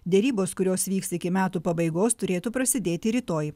derybos kurios vyks iki metų pabaigos turėtų prasidėti rytoj